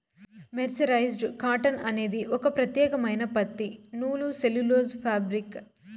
mercerised cotton అనేది ఒక ప్రత్యేకమైన పత్తి నూలు సెల్యులోజ్ ఫాబ్రిక్